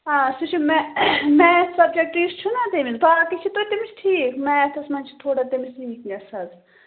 آ سُہ چھُ مےٚ میتھ سَبجَکٹہٕ یُس چھُ نا تٔمِس باقٕے چھِ تۄتہِ تٔمِس ٹھیٖک میتھَس منٛز چھِ تھوڑا تٔمِس ویٖکنٮ۪س حظ